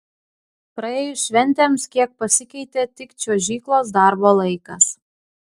praėjus šventėms kiek pasikeitė tik čiuožyklos darbo laikas